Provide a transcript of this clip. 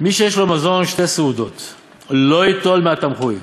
"מי שיש לו מזון שתי סעודות לא ייטול מן התמחוי.